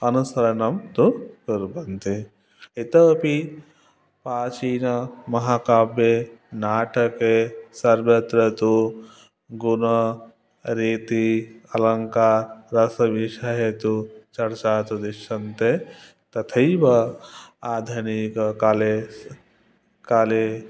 अनुसरणं तु कुर्वन्ति इतोपि प्राचीनमहाकाव्ये नाटके सर्वत्र तु गुणः रीतिः अलङ्कारः रसविषये तु चर्चा तु दृश्यन्ते तथैव आधुनिककाले काले